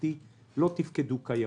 הממשלתי לא תפקדו כיאות.